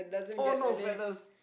oh no fellas